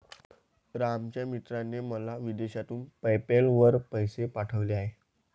रामच्या मित्राने मला विदेशातून पेपैल वर पैसे पाठवले आहेत